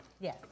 Yes